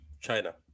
china